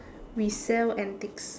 we sell antiques